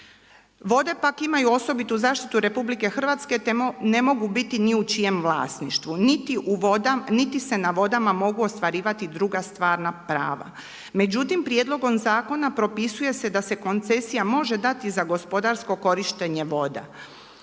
Vode pak imaju osobitu zaštitu Republike Hrvatske, te ne mogu biti ni u čijem vlasništvu, niti se na vodama mogu ostvarivati druga stvarna prava. Međutim, prijedlogom zakona propisuje se da se koncesija može dati za gospodarsko korištenje voda.